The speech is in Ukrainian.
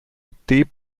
йти